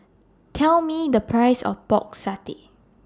Tell Me The Price of Pork Satay